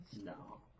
No